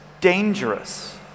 dangerous